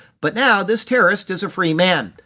but now this terrorist is a free man,